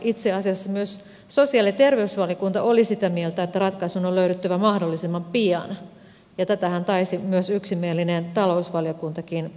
itse asiassa myös sosiaali ja terveysvaliokunta oli sitä mieltä että ratkaisun on löydyttävä mahdollisimman pian ja tätähän taisi myös yksimielinen talousvaliokuntakin perätä